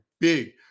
big